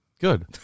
Good